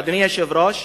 אדוני היושב-ראש,